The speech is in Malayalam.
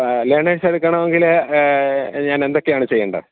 ലേണേസ് എടുക്കണമെങ്കില് ഞാനെന്തൊക്കെയാണ് ചെയ്യേണ്ടത്